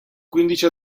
quindici